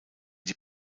die